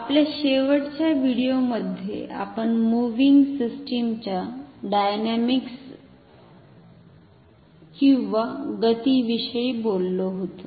आपल्या शेवटच्या व्हिडिओमध्ये आपण मूव्हिंग सिस्टमच्या डायनॅमिक्सगती विषयी बोलत होतो